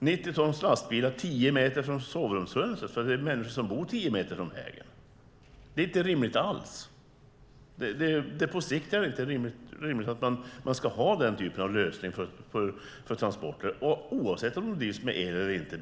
90 tons lastbilar tio meter från sovrumsfönstret - det finns människor som bor tio meter från vägen - är inte alls rimligt. På sikt är det inte rimligt att man ska ha den typen av lösning för transporter, oavsett om bilarna drivs med el eller inte.